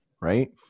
right